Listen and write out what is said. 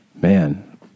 Man